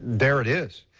there it is.